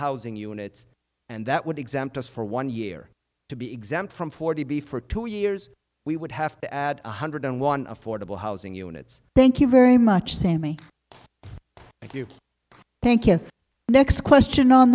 housing units and that would exempt us for one year to be exempt from forty b for two years we would have to add one hundred and one affordable housing units thank you very much sammy thank you thank you next question on